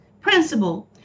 principle